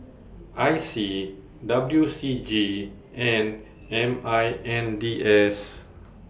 I C W C G and M I N D S